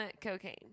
cocaine